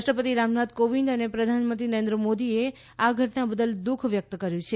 રાષ્ટ્રપતિ રામનાથ કોવિંદ અને પ્રધાનમંત્રી નરેન્દ્ર મોદીએ આ ઘટના બદલ દુઃખ વ્યક્ત કર્યું છે